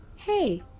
hey!